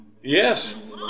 Yes